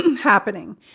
happening